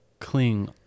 cling